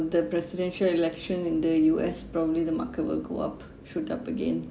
the presidential election in the U_S probably the market will go up shoot up again